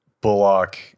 Bullock